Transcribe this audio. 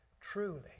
Truly